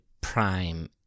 prime